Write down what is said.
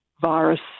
virus